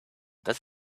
does